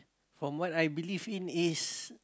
from what I believe in is